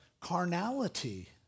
carnality